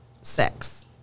sex